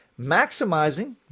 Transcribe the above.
maximizing